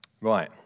Right